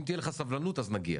אם תהיה לך סבלנות אז נגיע.